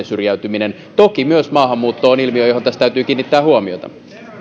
syrjäytyminen toki myös maahanmuutto on ilmiö johon tässä täytyy kiinnittää huomiota